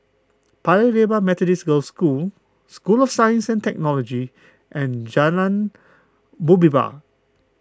Paya Lebar Methodist Girls' School School of Science and Technology and Jalan Muhibbah